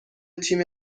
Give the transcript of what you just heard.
تیم